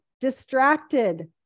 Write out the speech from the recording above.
distracted